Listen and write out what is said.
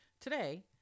Today